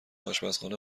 آشپزخانه